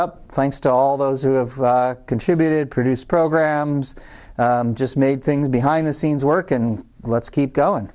up thanks to all those who have contributed produce programmes just made things behind the scenes work and let's keep going